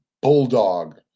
bulldog